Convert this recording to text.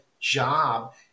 job